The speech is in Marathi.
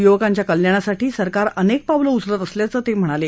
युवकांच्या कल्याणासाठी सरकार अनेक पावलं उचलत असल्याचं ते म्हणाले